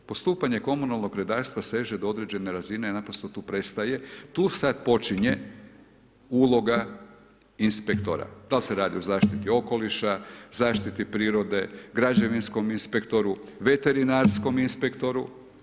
Postupanje komunalnog redarstva seže do određene razine i naprosto tu prestaje, tu sad počinje uloga inspektora, da li se radi o zaštiti okoliša, zaštiti prirode, građevinskom inspektoru, veterinarskom inspektoru.